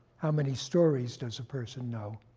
how many stories does a person know.